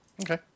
Okay